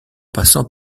passant